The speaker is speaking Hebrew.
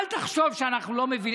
אל תחשוב שאנחנו לא,